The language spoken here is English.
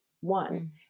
one